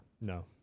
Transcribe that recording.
no